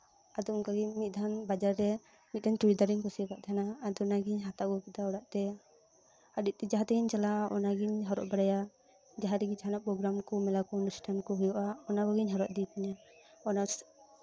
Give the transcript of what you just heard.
ᱟᱫᱚ ᱚᱱᱠᱟ ᱜᱮ ᱢᱤᱫ ᱫᱷᱟᱣ ᱵᱟᱡᱟᱨ ᱨᱮ ᱢᱤᱫᱴᱮᱱ ᱪᱩᱲᱤᱫᱟᱨ ᱤᱧ ᱠᱩᱥᱤ ᱟᱠᱟᱫ ᱛᱟᱸᱦᱮᱱᱟ ᱟᱫᱚ ᱚᱱᱟ ᱜᱤᱧ ᱦᱟᱛᱟᱣ ᱟᱹᱜᱩ ᱠᱮᱫᱟ ᱚᱲᱟᱜ ᱛᱮ ᱡᱟᱸᱦᱟ ᱛᱮᱜᱤᱧ ᱪᱟᱞᱟᱜᱼᱟ ᱚᱱᱟ ᱜᱤᱧ ᱦᱚᱨᱚᱜ ᱵᱟᱲᱟᱭᱟ ᱡᱟᱦᱟᱸ ᱨᱮᱜᱮ ᱡᱟᱦᱟᱸ ᱱᱟᱜ ᱢᱮᱞᱟ ᱠᱚ ᱯᱨᱳᱜᱨᱟᱢ ᱠᱚ ᱚᱱᱩᱥᱴᱷᱟᱱ ᱠᱚ ᱦᱩᱭᱩᱜᱼᱟ ᱚᱱᱟ ᱠᱚᱜᱮᱧ ᱦᱚᱨᱚᱜ ᱤᱫᱤ ᱛᱤᱧᱟᱹ ᱚᱱᱟ